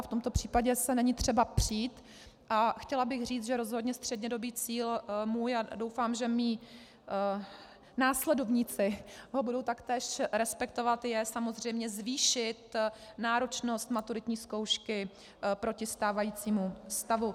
V tomto případě se není třeba přít a chtěla bych říct, že rozhodně střednědobý cíl můj a doufám, že mí následovníci ho budou taktéž respektovat, je zvýšit náročnost maturitní zkoušky proti stávajícímu stavu.